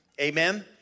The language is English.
Amen